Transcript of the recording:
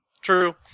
True